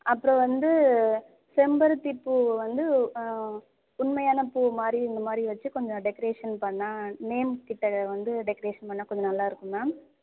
அப்புறோம் வந்து செம்பருத்திப்பூவை வந்து உண்மையான பூ மாதிரி இந்த மாதிரி வச்சு கொஞ்சம் டெக்கரேஷன் பண்ணால் நேம் கிட்ட வந்து டெக்கரேஷன் பண்ணால் கொஞ்சம் நல்லாயிருக்கும் மேம்